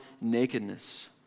nakedness